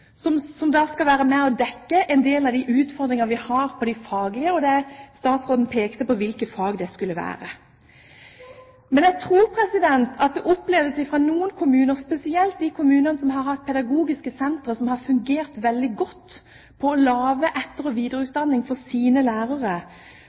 som da kommer med et tilbud som skal være med og dekke en del av de utfordringer vi har på det faglige, og statsråden pekte på hvilke fag det skulle være. Men jeg tror at noen kommuner, spesielt de kommunene som har hatt pedagogiske sentre som har fungert veldig godt når det gjelder å lage etter- og